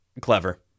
clever